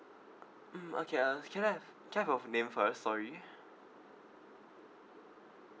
mm okay uh can I have can I have your name first sorry